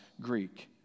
Greek